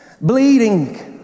bleeding